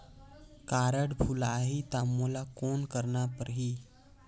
Card भुलाही ता मोला कौन करना परही?